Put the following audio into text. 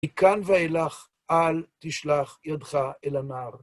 מכאן ואילך, אל תשלח ידך אל הנער.